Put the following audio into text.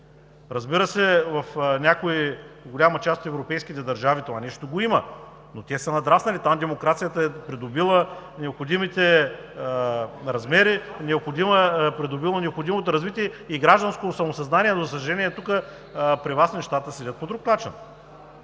Разбира се, в голяма част от европейските държави това нещо го има, но те са надраснали, там демокрацията е придобила необходимите размери, придобила е необходимото развитие и гражданско самосъзнание. Но, за съжаление, тук, при Вас, нещата седят по друг начин.